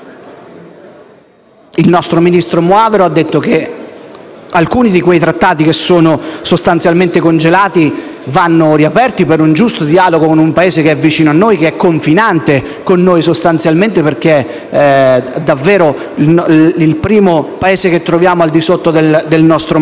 Il nostro ministro Moavero Milanesi ha detto che alcuni di quei Trattati, che sono sostanzialmente congelati, vanno riaperti per un giusto dialogo con un Paese che è vicino a noi, che è sostanzialmente confinante perché è il primo Paese che troviamo al di sotto del nostro mare.